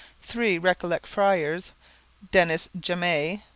three recollet friars denis jamay,